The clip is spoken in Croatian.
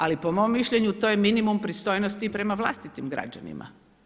Ali po mom mišljenju to je minimum pristojnosti i prema vlastitim građanima.